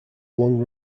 long